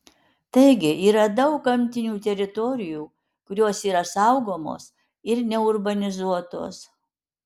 taigi yra daug gamtinių teritorijų kurios yra saugomos ir neurbanizuotos